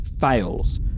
fails